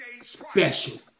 special